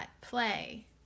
Play